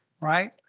right